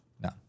No